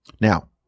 Now